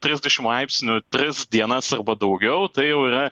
trisdešim laipsnių tris dienas arba daugiau tai jau yra